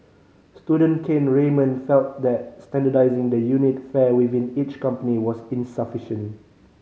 student Kane Raymond felt that standardising the unit fare within each company was insufficient